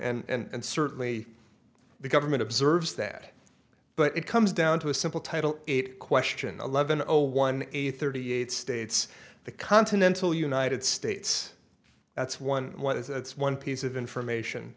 law and certainly the government observes that but it comes down to a simple title eight question eleven zero one eight thirty eight states the continental united states that's one what is it's one piece of information